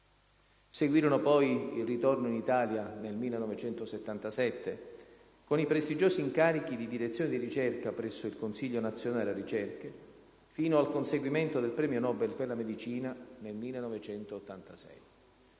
Seguirono poi il ritorno in Italia nel 1977, con i prestigiosi incarichi di direzione e di ricerca presso il Consiglio nazionale delle ricerche, fino al conseguimento del premio Nobel per la medicina nel 1986.